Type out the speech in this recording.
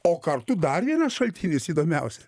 o kartu dar vienas šaltinis įdomiausia